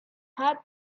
had